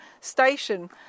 station